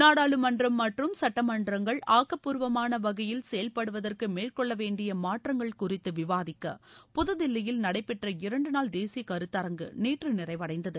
நாடாளுமன்றம் மற்றும் சுட்டமன்றங்கள் ஆக்கப்பூர்வமான வகையில் செயல்படுவதற்கு மேற்கொள்ள வேண்டிய மாற்றங்கள் குறித்து விவாதிக்க புதுதில்லியில் நடைபெற்ற இரண்டு நாள் தேசிய கருத்தரங்கு நேற்று நிறைவடைந்தது